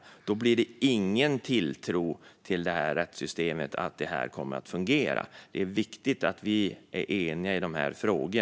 Då blir det ingen tilltro till att detta rättssystem kommer att fungera. Det är viktigt att vi är eniga i dessa frågor.